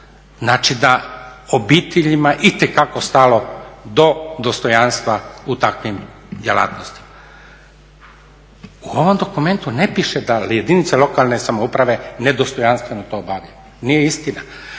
znači da obiteljima itekako stalo do dostojanstva u takvim djelatnostima. U ovom dokumentu ne piše da jedinice lokalne samouprave nedostojanstveno to obavljaju. Nije istina.